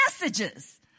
messages